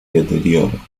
deterioro